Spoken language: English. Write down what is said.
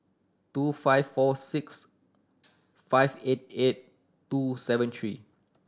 two five four six five eight eight two seven three